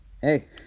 Hey